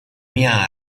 mia